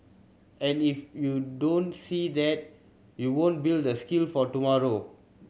and if you don't see that you won't build the skill for tomorrow